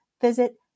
visit